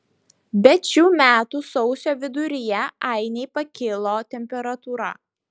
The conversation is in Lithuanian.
bet šių metų sausio viduryje ainei pakilo temperatūra